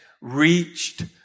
reached